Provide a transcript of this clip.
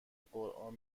قرآن